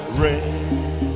rain